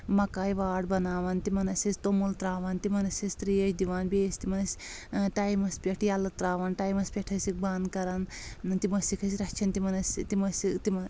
مکایہِ واٹھ بناوان تِمن ٲسۍ أسۍ توٚمُل ترٛاوان تِمن ٲسۍ أسۍ تریش دِوان بیٚیہِ ٲسۍ تِمن أسۍ ٹایمس پٮ۪ٹھ ییٚلہٕ ترٛاوان ٹایمس پٮ۪ٹھ ٲسِکھ بنٛد کران تِم ٲسِکھ أسۍ رچھان تِمن ٲسۍ تِم ٲسہِ تِم